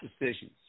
decisions